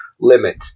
limit